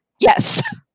Yes